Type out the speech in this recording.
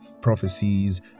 prophecies